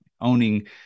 owning